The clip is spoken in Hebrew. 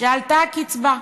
שעלתה הקצבה,